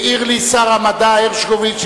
העיר לי שר המדע הרשקוביץ,